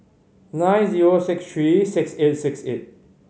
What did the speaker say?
nine zero six three six eight six eight